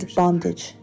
bondage